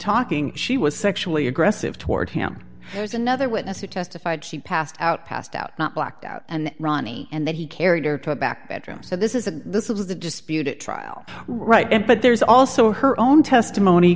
talking she was sexually aggressive toward him there's another witness who testified she passed out passed out not blacked out and ronnie and that he carried her to a back bedroom so this is a this is a disputed trial right but there's also her own testimony